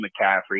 McCaffrey